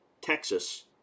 Texas